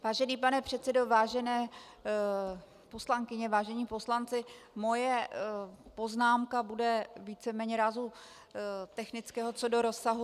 Vážený pane předsedo, vážené poslankyně, vážení poslanci, moje poznámka bude víceméně rázu technického co do rozsahu.